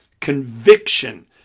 Conviction